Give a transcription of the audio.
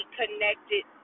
connected